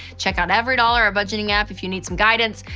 check out everydollar, our budgeting app, if you need some guidance.